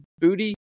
booty